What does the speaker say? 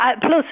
plus